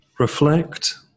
Reflect